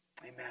Amen